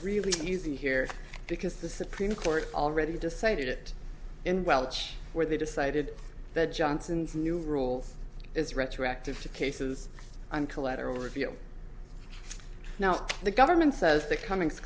really easy here because the supreme court already decided it in welsh where they decided that johnson's new rule is retroactive to cases i'm collateral reveal now the government says the cummings